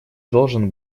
должен